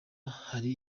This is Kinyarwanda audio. hari